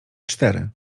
cztery